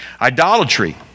Idolatry